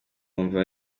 mva